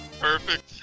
Perfect